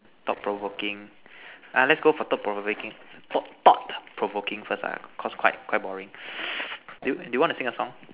thought provoking ah let's go for thought provoking thought thought provoking first ah because quite quite boring do do you want to sing a song